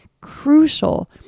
crucial